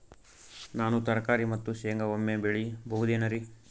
ನಾನು ತರಕಾರಿ ಮತ್ತು ಶೇಂಗಾ ಒಮ್ಮೆ ಬೆಳಿ ಬಹುದೆನರಿ?